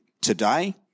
today